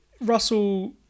Russell